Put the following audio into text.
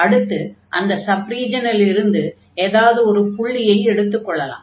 அடுத்து அந்த சப் ரீஜனிலிருந்து ஏதாவது ஒரு புள்ளியை எடுத்துக்கொள்ளலாம்